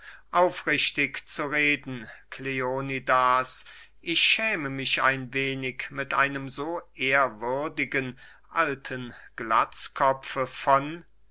aufrichtig zu reden kleonidas ich schäme mich ein wenig mit einem so ehrwürdigen alten glatzkopfe von